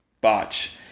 Botch